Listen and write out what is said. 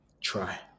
try